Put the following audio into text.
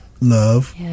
love